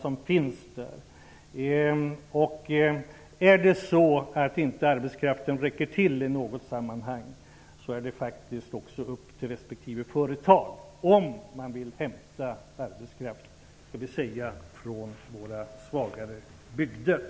Om arbetskraften i något sammanhang inte räcker till, är det respektive företags sak om de vill hämta arbetskraft från de svagare bygderna.